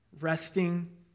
resting